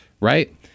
Right